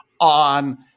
on